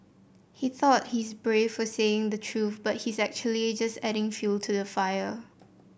he thought he's brave for saying the truth but he's actually just adding fuel to the fire